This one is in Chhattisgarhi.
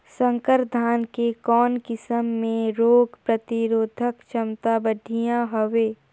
संकर धान के कौन किसम मे रोग प्रतिरोधक क्षमता बढ़िया हवे?